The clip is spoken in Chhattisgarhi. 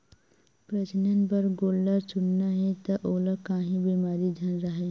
प्रजनन बर गोल्लर चुनना हे त ओला काही बेमारी झन राहय